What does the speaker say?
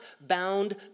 bound